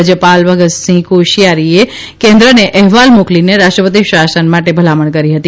રાજયપાલ ભગતસિંહ કોશિયારીએ કેન્દ્રને અહેવાલ મોકલીને રાષ્ટ્રપતિશાસન માટે ભલામણ કરી હતી